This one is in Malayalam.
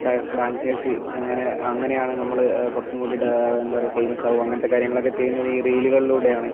ഡാൻസേർസ് അങ്ങനെ അങ്ങനെ യാണ് നമ്മള് കുറച്ചും കൂടെ എന്താ പറയുക ഫെയിമസ് ആവുക അങ്ങനത്തെ കാര്യങ്ങളൊക്കെ ചെയ്യുന്നത് ഈ റീലുകളിലൂടെയാണ്